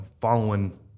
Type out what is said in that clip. following